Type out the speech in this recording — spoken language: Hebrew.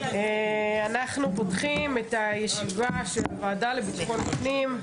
אנחנו פותחים את הישיבה של הוועדה לביטחון פנים.